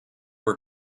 were